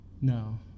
No